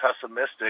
pessimistic